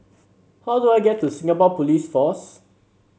how do I get to Singapore Police Force